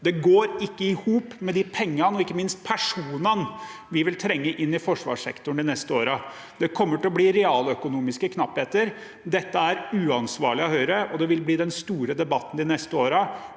ikke går i hop med de pengene og ikke minst perso nene vi vil trenge i forsvarssektoren de neste årene. Det kommer til å bli realøkonomiske knappheter. Dette er uansvarlig av Høyre, og det vil bli den store debatten de neste årene.